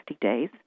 days